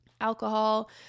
alcohol